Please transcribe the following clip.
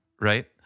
Right